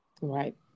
Right